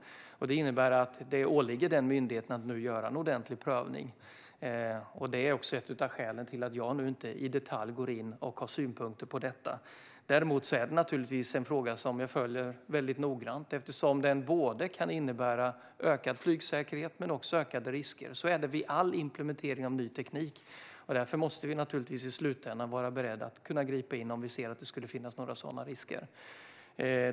Detta innebär att det åligger den myndigheten att nu göra en ordentlig prövning, och det är också ett av skälen till att jag inte i detalj går in och har synpunkter på detta. Däremot är det naturligtvis en fråga som jag följer väldigt noggrant eftersom den kan innebära både ökad flygsäkerhet och ökade risker. Så är det vid all implementering av ny teknik, och därför måste vi naturligtvis i slutändan vara beredda att kunna gripa in om vi ser att det skulle finnas några sådana risker.